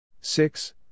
six